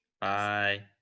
Bye